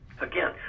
again